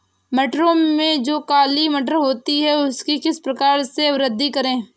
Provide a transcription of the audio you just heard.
मटरों में जो काली मटर होती है उसकी किस प्रकार से वृद्धि करें?